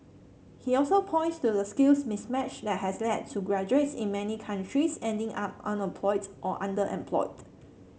he also points to the skills mismatch that has led to graduates in many countries ending up unemployed or underemployed